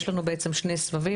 יש לנו בעצם שני סבבים,